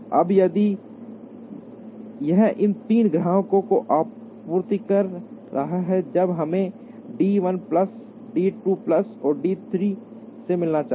अब यदि यह इन तीन ग्राहकों को आपूर्ति कर रहा है जब हमें D 1 plus D 2 plus D 3 से मिलना चाहिए